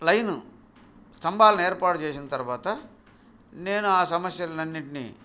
line స్తంభాల్ని ఏర్పాటు చేసిన తరువాత నేను ఆ సమస్యలన్నింటినీ